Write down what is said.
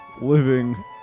living